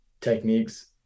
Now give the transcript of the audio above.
techniques